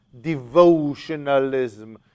devotionalism